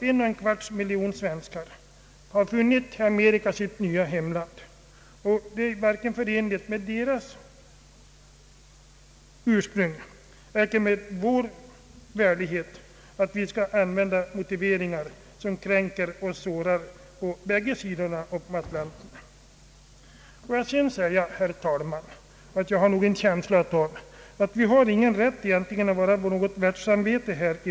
En och en fjärdedels miljoner svenskar har i Amerika funnit sitt nya hemland, och det är inte förenligt med vår samhörighet med dem på grund av deras ursprung eller med vår värdighet att använda motiveringar som kränker och sårar på bägge sidorna av Atlanten. Låt mig sedan säga, herr talman, att jag nog har en känsla av att vi egentligen inte har någon rätt att vara något världssamvete.